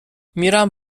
میرم